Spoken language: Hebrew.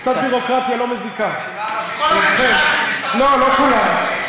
קצת ביורוקרטיה לא מזיקה, לא, לא כולם.